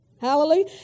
Hallelujah